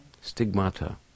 Stigmata